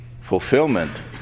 fulfillment